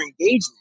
engagement